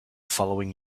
following